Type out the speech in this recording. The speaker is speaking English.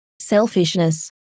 selfishness